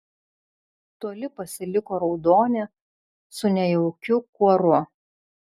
toli pasiliko raudonė su nejaukiu kuoru